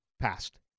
passed